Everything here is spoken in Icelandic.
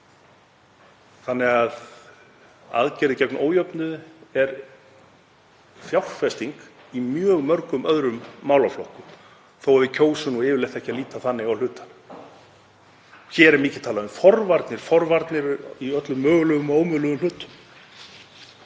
lengur. Aðgerðir gegn ójöfnuði eru fjárfesting í mjög mörgum öðrum málaflokkum þó að við kjósum nú yfirleitt ekki að líta þannig á hlutina. Hér er mikið talað um forvarnir í öllum mögulegum og ómögulegum hlutum.